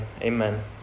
amen